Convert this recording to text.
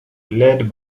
led